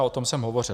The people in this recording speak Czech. O tom jsem hovořil.